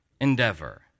endeavor